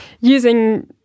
using